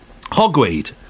hogweed